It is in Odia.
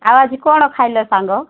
ଆଉ ଆଜି କ'ଣ ଖାଇଲ ସାଙ୍ଗ